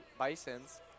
Bisons